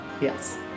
Yes